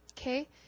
Okay